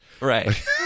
Right